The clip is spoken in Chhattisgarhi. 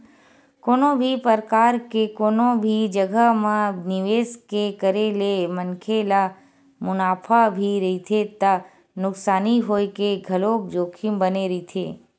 कोनो भी परकार के कोनो भी जघा म निवेस के करे ले मनखे ल मुनाफा भी रहिथे त नुकसानी होय के घलोक जोखिम बने रहिथे